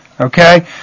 Okay